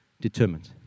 determined